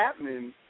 happening